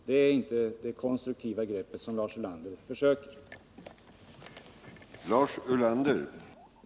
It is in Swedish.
Det är inte det konstruktiva greppet som Lars Ulander försöker sig på.